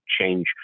change